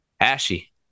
Ashy